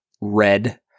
red